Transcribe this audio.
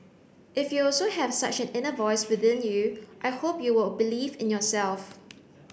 if you also have such an inner voice within you I hope you will believe in yourself